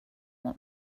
want